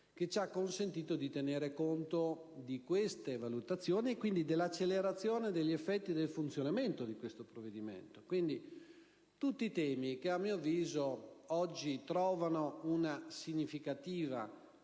che ci ha consentito di tenere conto di queste valutazioni e dell'accelerazione degli effetti del funzionamento di questo provvedimento. Sono tutti temi che, a mio avviso, oggi trovano una significativa